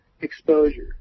exposure